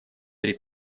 три